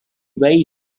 way